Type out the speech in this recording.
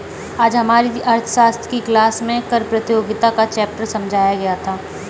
आज हमारी अर्थशास्त्र की क्लास में कर प्रतियोगिता का चैप्टर समझाया गया था